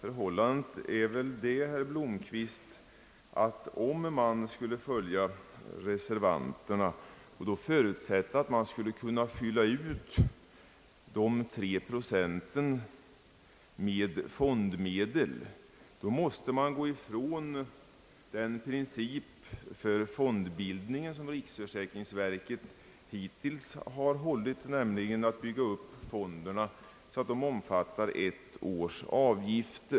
Förhållandet är väl det, herr Blomquist, att om vi skulle följa reservanterna och förutsätta att man skulle kunna fylla ut de tre procenten med fondmedel, måste vi gå ifrån den princip för fondbildningen som riksförsäkringsverket hittills har tillämpat, nämligen att bygga upp fonderna så att de omfattar ett års avgifter.